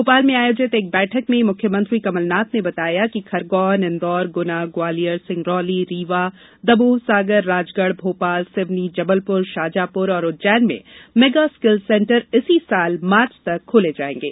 भोपाल में आयोजित एक बैठक में मुख्यमंत्री कमल नाथ ने बताया कि खरगौन इंदौर गुना ग्वालियर सिंगरौली रीवा दमोह सागर राजगढ़ भोपाल सिवनी जबलपुर शाजापुर और उज्जैन में मेगा स्किल सेंटर इसी वर्ष मार्च तक खोले जाएंगे